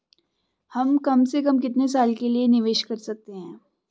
हम कम से कम कितने साल के लिए निवेश कर सकते हैं?